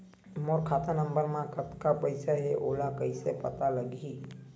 मोर खाता नंबर मा कतका पईसा हे ओला कइसे पता लगी?